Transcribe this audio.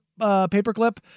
paperclip